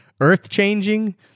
Earth-changing